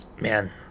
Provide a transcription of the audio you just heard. man